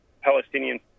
Palestinian